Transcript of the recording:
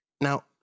Now